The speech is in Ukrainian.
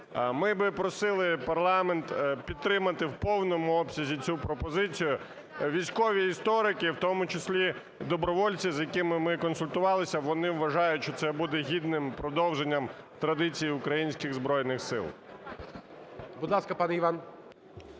Ми би просили парламент підтримати в повному обсязі цю пропозицію. Військові історики, в тому числі добровольці, з якими ми консультувалися, вони вважають, що це буде гідним продовженням традицій українських Збройних Сил. ГОЛОВУЮЧИЙ. Будь ласка, пане Іван.